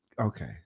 Okay